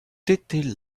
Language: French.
était